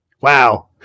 Wow